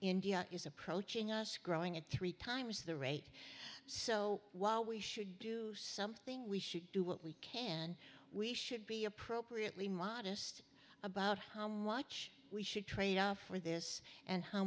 india is approaching us growing at three times the rate so while we should do something we should do what we can we should be appropriately modest about how much we should trade off for this and how